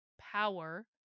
power